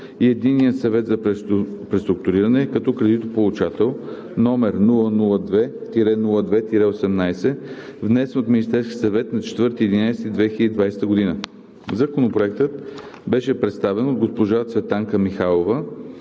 и Единния съвет за преструктуриране като кредитополучател, № 002-02-18, внесен от Министерския съвет на 4 ноември 2020 г. Законопроектът беше представен от госпожа Цветанка Михайлова